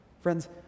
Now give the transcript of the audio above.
Friends